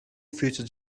future